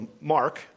Mark